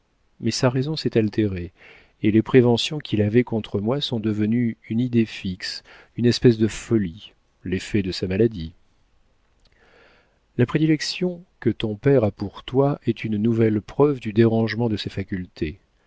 mais sa raison s'est altérée et les préventions qu'il avait contre moi sont devenues une idée fixe une espèce de folie l'effet de sa maladie la prédilection que ton père a pour toi est une nouvelle preuve du dérangement de ses facultés